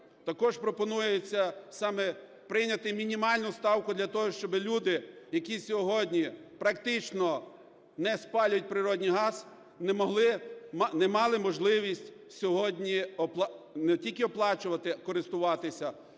Також пропонується саме прийняти мінімальну ставку для того, щоб люди, які сьогодні практично не спалюють природний газ, не мали можливість сьогодні не тільки оплачувати, користуватися,